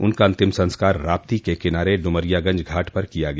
उनका अंतिम संस्कार राप्ती के किनारे डुमरियागंज घाट पर किया गया